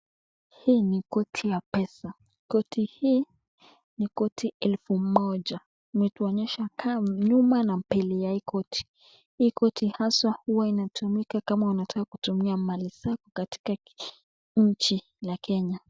Hii ni koti ya pesa, koti hii ni koti elfu moja, imetuonyesha nyuma na mbele ya hii koti, hii koti haswa huwa inatumika kama unataka kutumia mali zako katika nchi ya Kenya.